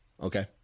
Okay